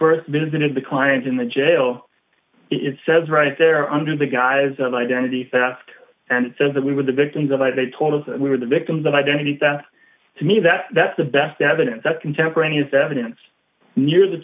you st visited the clients in the jail it says right there under the guise of identity theft and says that we were the victims of a they told us that we were the victims of identity theft to me that that's the best evidence that contemporaneous evidence near the